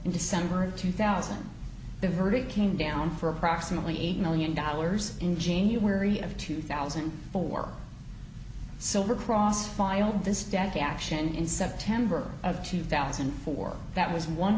in december of two thousand the verdict came down for approximately eight million dollars in january of two thousand and four silver cross filed this dec action in september of two thousand and four that was one